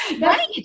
Right